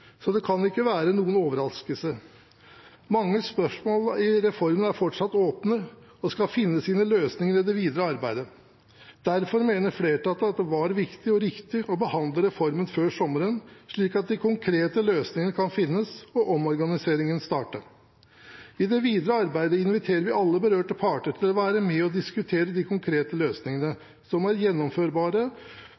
så det kan ikke være noen overraskelse. Mange spørsmål i reformen er fortsatt åpne og skal finne sine løsninger i det videre arbeidet. Derfor mener flertallet at det var viktig og riktig å behandle reformen før sommeren, slik at de konkrete løsningene kan finnes og omorganiseringen starte. I det videre arbeidet inviterer vi alle berørte parter til å være med og diskutere de konkrete løsningene som er gjennomførbare,